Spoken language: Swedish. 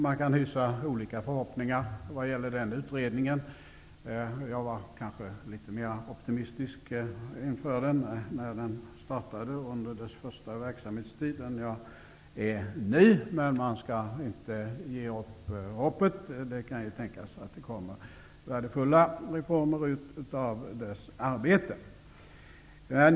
Man kan hysa olika förhoppningar vad gäller den utredningen. Jag var kanske litet mera optimistisk när utredningen startade och under dess första verksamhetstid än jag är nu. Men man skall inte ge upp hoppet. Det kan ju tänkas att utredningens arbete utmynnar i värdefulla reformer.